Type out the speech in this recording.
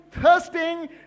thirsting